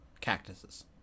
cactuses